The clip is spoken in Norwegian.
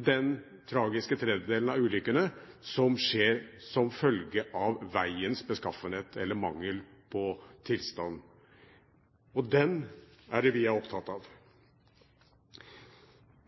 den tragiske tredjedelen av ulykkene som skjer som følge av vegens beskaffenhet, eller manglende tilstand – det er den vi er opptatt av.